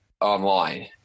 online